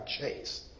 Chase